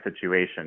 situation